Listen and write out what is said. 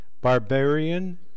barbarian